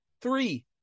Three